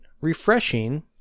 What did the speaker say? refreshing